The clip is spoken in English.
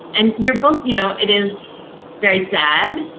and your book, you know it is very sad,